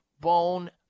bone